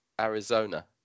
Arizona